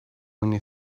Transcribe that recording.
many